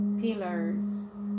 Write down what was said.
pillars